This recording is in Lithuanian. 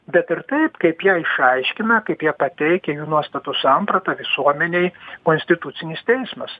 bet ir taip kaip ją išaiškina kaip ją pateikia jų nuostatų sampratą visuomenei konstitucinis teismas